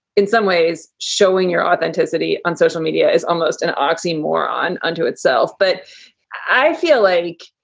in some ways, showing your authenticity on social media is almost an oxymoron unto itself. but i feel like.